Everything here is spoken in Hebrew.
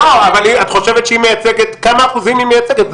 את חושבת שהיא מייצגת, כמה אחוזים היא מייצגת?